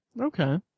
Okay